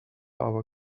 our